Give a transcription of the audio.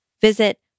Visit